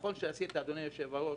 נכון עשית, אדוני יושב-הראש,